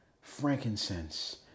frankincense